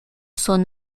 son